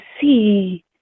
see